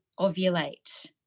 ovulate